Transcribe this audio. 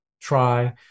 try